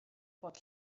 bod